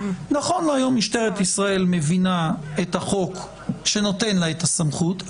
נכון להיום משטרת ישראל מבינה את החוק שנותן לה את הסמכות.